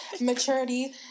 maturity